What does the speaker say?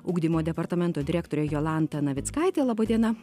ugdymo departamento direktorė jolanta navickaitė laba diena